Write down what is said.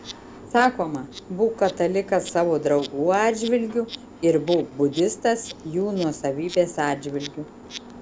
sakoma būk katalikas savo draugų atžvilgių ir būk budistas jų nuosavybės atžvilgiu